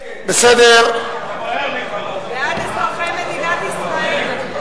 בעד אזרחי מדינת ישראל.